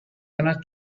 cannot